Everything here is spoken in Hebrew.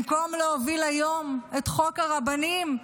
במקום להוביל היום את חוק הרבנים,